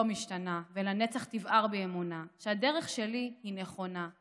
לא משתנה / ולנצח תבער בי אמונה / שהדרך שלי היא נכונה /